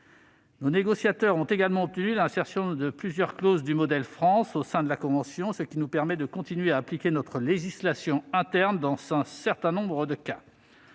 Nos négociateurs ont également obtenu l'insertion de plusieurs clauses du modèle France au sein de la convention, ce qui nous permet de continuer à appliquer notre législation interne dans un certain nombre de cas.